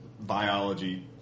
biology